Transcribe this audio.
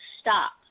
stop